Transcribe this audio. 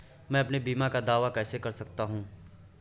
मैं अपने बीमा का दावा कैसे कर सकता हूँ?